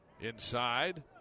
Inside